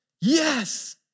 Yes